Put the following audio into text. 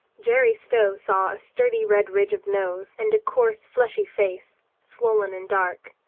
jerry stow saw a sturdy red ridge of nose and a coarse fleshy face, swollen and dark.